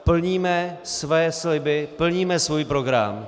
Plníme své sliby, plníme svůj program.